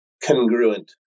congruent